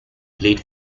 played